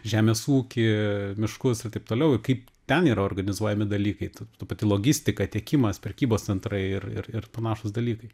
žemės ūkį miškus ir taip toliau ir kaip ten yra organizuojami dalykai ta ta pati logistika tiekimas prekybos centrai ir ir ir panašūs dalykai